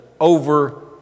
over